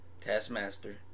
Taskmaster